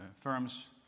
firms